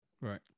Right